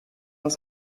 noch